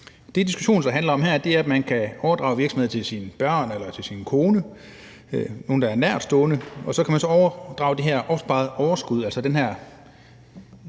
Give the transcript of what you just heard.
Det, diskussionen så handler om her, er, at man kan overdrage virksomheden til sine børn eller til sin kone, nogen, der er nærtstående, og så kan man overdrage det her opsparede overskud – altså den her